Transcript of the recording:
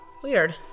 Weird